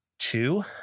two